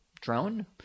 drone